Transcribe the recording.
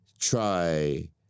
try